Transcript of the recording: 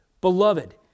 Beloved